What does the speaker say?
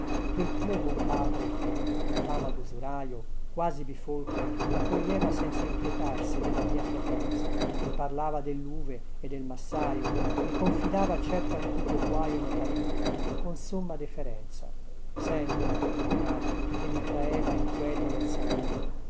quel tuo buon padre in fama dusuraio quasi bifolco maccoglieva senza inquietarsi della mia frequenza mi parlava delluve e del massaio mi confidava certo antico guaio notarile con somma deferenza senta avvocato e mi traeva inqueto nel salone